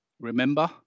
Remember